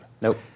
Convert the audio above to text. Nope